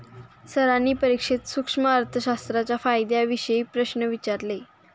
सरांनी परीक्षेत सूक्ष्म अर्थशास्त्राच्या फायद्यांविषयी प्रश्न विचारले